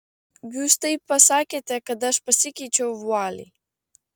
jūs taip pasakėte kad aš pasikeičiau vualį